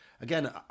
again